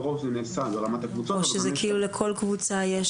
לכל קבוצה יש